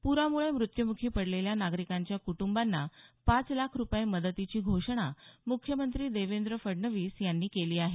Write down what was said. पुरामुळे मृत्यूमुखी पडलेल्या नागरिकांच्या कुटुंबांना पाच लाख रुपये मदतीची घोषणा म्ख्यमंत्री देवेंद्र फडणवीस यांनी केली आहे